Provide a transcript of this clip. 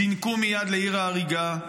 זינקו מייד לעיר ההריגה,